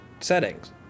settings